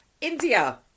India